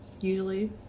usually